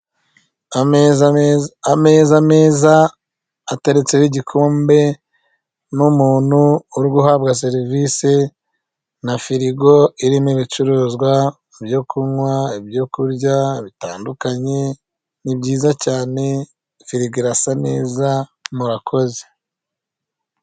Ameza ameza meza ateretseho igikombe n'umuntu uri guhabwa serivise, na firigo irimo ibicuruzwa ibyo kunywa, ibyo kurya bitandukanye, ni byiza cyane ferigo irasa neza murakoze.